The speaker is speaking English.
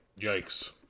yikes